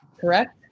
correct